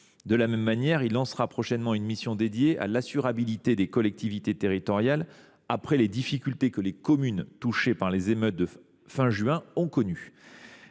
De la même manière, il lancera prochainement une mission consacrée à l’assurabilité des collectivités territoriales, après les difficultés qu’ont connues les communes touchées par les émeutes de la fin du mois